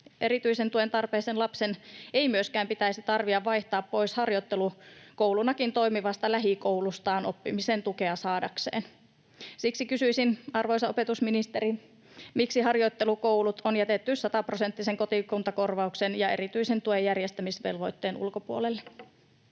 Erityisen tuen tarpeisen lapsen ei myöskään pitäisi tarvita vaihtaa pois harjoittelukoulunakin toimivasta lähikoulustaan oppimisen tukea saadakseen. Siksi kysyisin, arvoisa opetusministeri: miksi harjoittelukoulut on jätetty sataprosenttisen kotikuntakorvauksen ja erityisen tuen järjestämisvelvoitteen ulkopuolelle?